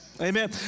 Amen